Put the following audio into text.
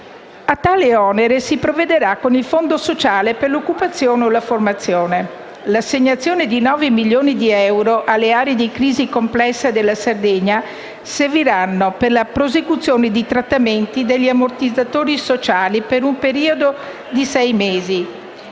A tale onere si provvederà con il Fondo sociale per occupazione e formazione. L'assegnazione di 9 milioni di euro alle aree di crisi complesse della Sardegna servirà per la prosecuzione dei trattamenti degli ammortizzatori sociali per un periodo di sei mesi,